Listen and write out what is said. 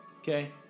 Okay